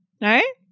right